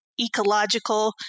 ecological